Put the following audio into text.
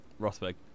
Rosberg